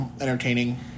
entertaining